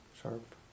sharp